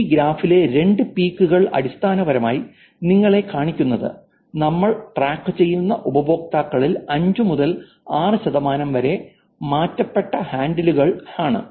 ഈ ഗ്രാഫിലെ രണ്ട് പീക്ക് കൾ അടിസ്ഥാനപരമായി നിങ്ങളെ കാണിക്കുന്നത് നമ്മൾ ട്രാക്കുചെയ്യുന്ന ഉപയോക്താക്കളിൽ 5 മുതൽ 6 ശതമാനം വരെ മാറ്റപ്പെട്ട ഹാൻഡിലുകൾ ആണ്